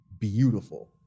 beautiful